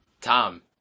Tom